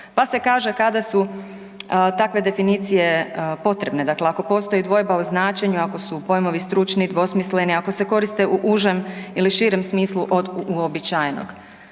pa se kaže, kada su takve definicije potrebne, dakle ako postoji dvojba o značenju, ako su pojmovi stručni, dvosmisleni, ako se koriste u užem ili širem smislu od uobičajenog,